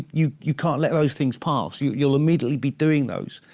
you you can't let those things pass. you'll you'll immediately be doing those.